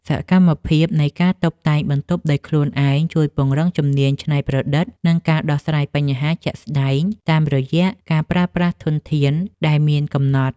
សកម្មភាពនៃការតុបតែងបន្ទប់ដោយខ្លួនឯងជួយពង្រឹងជំនាញច្នៃប្រឌិត និងការដោះស្រាយបញ្ហាជាក់ស្ដែងតាមរយៈការប្រើប្រាស់ធនធានដែលមានកំណត់។